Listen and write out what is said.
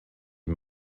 die